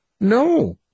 No